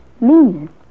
meanness